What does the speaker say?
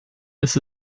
this